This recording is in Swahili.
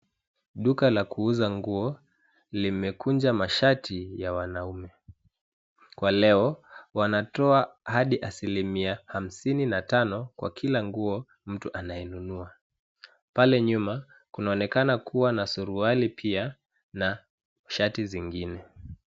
Duka la kuuza nguo limekunja mashati ya wanaume. Kwa leo wanatoa hadi asilimia hamsini na tano kwa kila nguo mtu anayenunua. Pale nyuma kunaonekana kuwa na suruali pia na shati zingine.